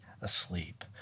asleep